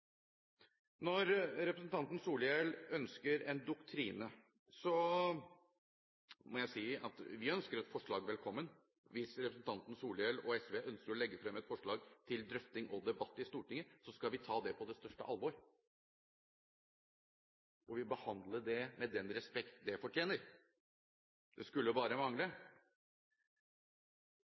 Når representanten Solhjell ønsker en doktrine, må jeg si at vi ønsker et forslag velkommen. Hvis representanten Solhjell og SV ønsker å legge frem et forslag til drøfting og debatt i Stortinget, skal vi ta det på det største alvor og vil behandle det med den respekt det fortjener. Det skulle bare mangle!